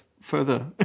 further